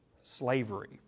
Slavery